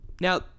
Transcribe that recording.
Now